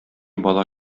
бала